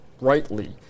rightly